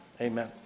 Amen